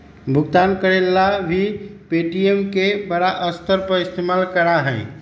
भुगतान करे ला भी पे.टी.एम के बड़ा स्तर पर इस्तेमाल करा हई